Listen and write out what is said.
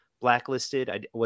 blacklisted